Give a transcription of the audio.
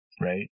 Right